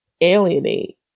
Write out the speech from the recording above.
alienate